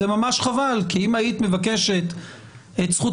זה ממש חבל כי אם היית מבקשת את זכות